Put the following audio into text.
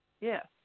Yes